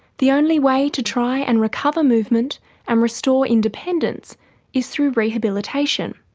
the only way to try and recover movement and restore independence is through rehabilitation.